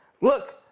Look